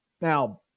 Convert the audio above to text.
Now